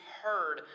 heard